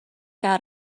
out